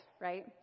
right